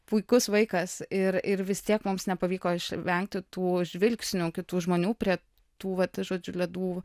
puikus vaikas ir ir vis tiek mums nepavyko išvengti tų žvilgsnių kitų žmonių prie tų vat žodžiu ledų